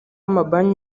amabanki